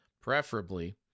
preferably